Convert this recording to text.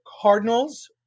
Cardinals